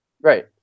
Right